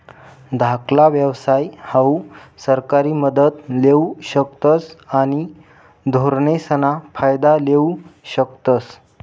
धाकला व्यवसाय हाऊ सरकारी मदत लेवू शकतस आणि धोरणेसना फायदा लेवू शकतस